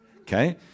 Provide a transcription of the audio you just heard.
Okay